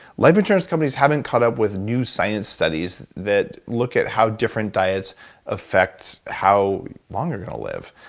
life insurance companies haven't caught up with new science studies that look at how different diets affect how long you're gonna live.